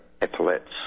epaulettes